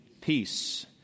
peace